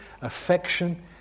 affection